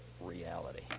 reality